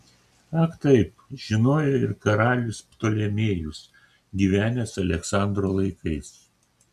ak taip žinojo ir karalius ptolemėjus gyvenęs aleksandro laikais